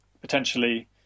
potentially